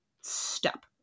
stop